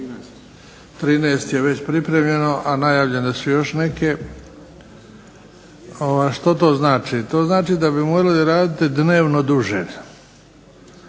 13 je već pripremljeno, a najavljene su još neke. Što to znači, to znači da bi morali raditi dnevno duže,